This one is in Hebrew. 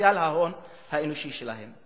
פוטנציאל ההון האנושי שלהם.